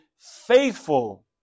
faithful